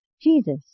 Jesus